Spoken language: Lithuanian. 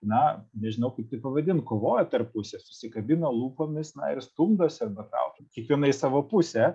na nežinau kaip tai pavadint kovoja tarpusavyje susikabina lūpomis na ir stumdosi traukia kiekviena įsavo pusę